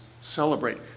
celebrate